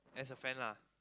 as a friend lah